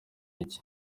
iki